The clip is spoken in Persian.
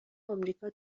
امریکا